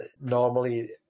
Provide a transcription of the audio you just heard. normally